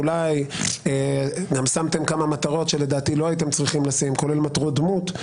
אולי גם שמתם כמה מטרות שלדעתי לא הייתם צריכים לשים כולל מטרות דמות.